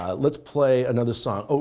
ah let's play another song.